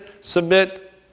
submit